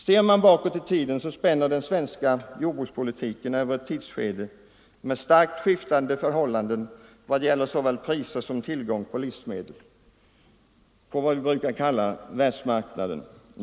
Ser man bakåt i tiden spänner den svenska jordbrukspolitiken över ett tidsskede med starkt skiftande förhållanden vad gäller såväl priser som tillgång på livsmedel på vad vi brukar kalla världsmarknaden.